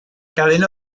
cadena